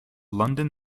london